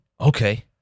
Okay